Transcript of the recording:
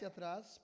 atrás